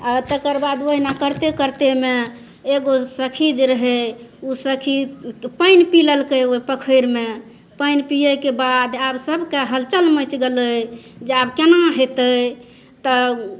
आ तकरबाद ओहिना करते करतेमे एगो सखि जे रहै ओ सखि पानि पी लेलकै ओहि पोखरिमे पाइन पियैके बाद आब सबके हलचल मैचि गेलै जे आब केना हेतै तऽ